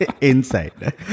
inside